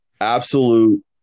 absolute